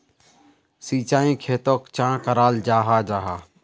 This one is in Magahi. सिंचाई खेतोक चाँ कराल जाहा जाहा?